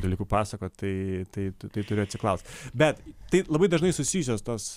dalykų pasakot tai tai tu tai turi atsiklaust bet tai labai dažnai susijusios tos